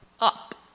up